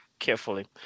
carefully